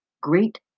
great